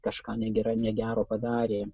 kažką negera negero padarė